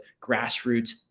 grassroots